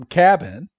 cabin